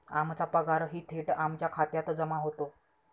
आमचा पगारही थेट आमच्या खात्यात जमा होतो